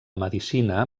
medicina